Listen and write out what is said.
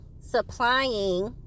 supplying